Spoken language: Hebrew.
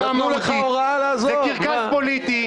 זה קרקס פוליטי.